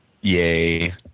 Yay